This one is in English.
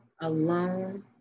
alone